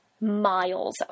miles